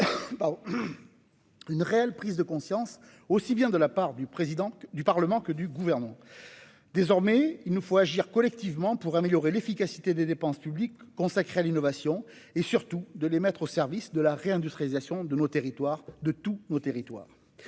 une réelle prise de conscience, de la part aussi bien du Parlement que du Gouvernement. Désormais, il nous faut agir collectivement pour améliorer l'efficacité des dépenses publiques consacrées à l'innovation et, surtout, pour les mettre au service de la réindustrialisation de nos territoires- de tous nos territoires.